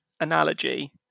analogy